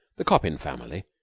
the coppin family,